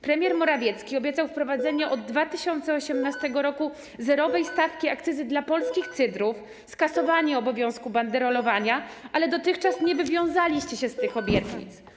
Premier Morawiecki obiecał wprowadzenie od 2018 r. zerowej stawki akcyzy dla polskich cydrów, skasowanie obowiązku banderolowania, ale dotychczas nie wywiązaliście się z tych obietnic.